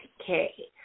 Okay